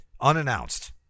unannounced